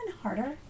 harder